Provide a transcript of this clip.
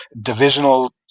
Divisional